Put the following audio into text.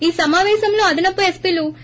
ఈ సమాపేశంలో అదనపు ఎస్పీలు పి